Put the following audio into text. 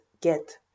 get